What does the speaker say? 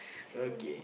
so right